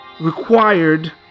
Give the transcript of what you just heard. required